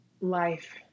life